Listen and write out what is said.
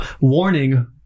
warning